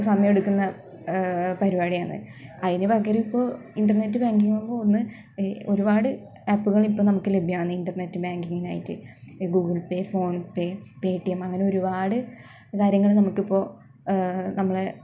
സമയം എടുക്കുന്ന പരിപാടിയാണ് അതിന് പകരം ഇപ്പോൾ ഇൻ്റർനെറ്റ് ബാങ്കിങ്ങ് എന്ന് പറഞ്ഞ് ഒരുപാട് ആപ്പുകൾ ഇപ്പം നമുക്ക് ലഭ്യാണ് ഇൻ്റർനെറ്റ് ബാങ്കിങ്ങിനായിട്ട് Google Pay PhonePe Paytm അങ്ങനെ ഒരുപാട് കാര്യങ്ങൾ നമുക്കിപ്പോൾ നമ്മുടെ